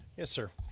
yes, sir.